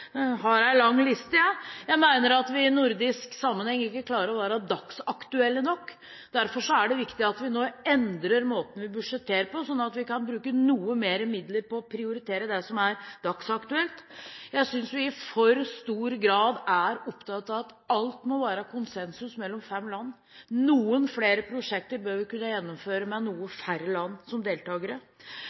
har en lang liste. Jeg mener at vi i nordisk sammenheng ikke klarer å være dagsaktuelle nok. Derfor er det viktig at vi nå endrer måten vi budsjetterer på, sånn at vi kan bruke noe mer midler på å prioritere det som er dagsaktuelt. Jeg synes vi i for stor grad er opptatt av at det må være konsensus om alt mellom fem land. Vi bør kunne gjennomføre noen flere prosjekter med noen færre land som deltakere.